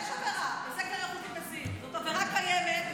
יש עבירה --- זאת עבירה קיימת,